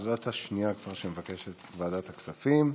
את השנייה שמבקשת את ועדת הכספים.